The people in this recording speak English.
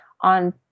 on